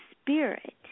spirit